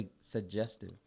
suggestive